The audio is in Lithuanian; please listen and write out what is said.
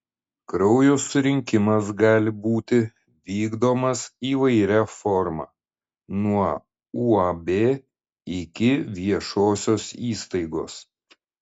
kraujo surinkimas gali būti vykdomas įvairia forma nuo uab iki viešosios įstaigos